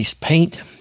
paint